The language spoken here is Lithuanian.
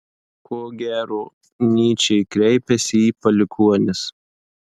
ko gero nyčė kreipiasi į palikuonis